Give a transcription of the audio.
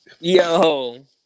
Yo